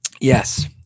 Yes